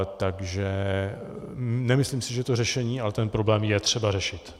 Takže nemyslím si, že je to řešení, ale ten problém je třeba řešit.